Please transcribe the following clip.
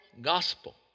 gospel